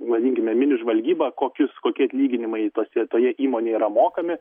vadinkime mini žvalgybą kokius kokie atlyginimai tose toje įmonėje yra mokami